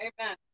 Amen